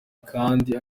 kandi